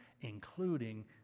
including